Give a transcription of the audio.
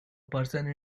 person